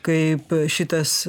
kaip šitas